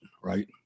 right